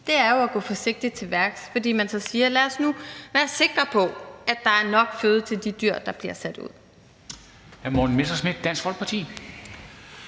Det er jo at gå forsigtigt til værks, fordi man så siger: Lad os nu være sikre på, at der er føde nok til de dyr, der bliver sat ud.